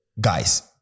guys